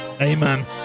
Amen